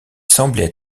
semblaient